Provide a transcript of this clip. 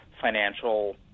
financial